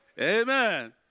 Amen